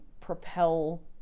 propel